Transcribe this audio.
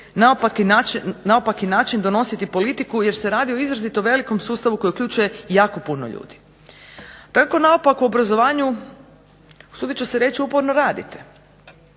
naopaki način donositi politiku jer se radi o izrazitom velikom sustavu koji uključuje jako puno ljudi. Tako naopakom obrazovanju usudit ću se reći uporno radite.